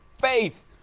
Faith